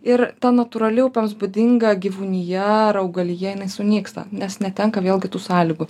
ir ta natūrali upėms būdinga gyvūnija ar augalija jinai sunyksta nes netenkam vėlgi tų sąlygų